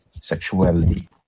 sexuality